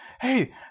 hey